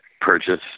purchase